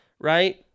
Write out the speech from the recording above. right